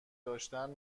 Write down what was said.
داشتن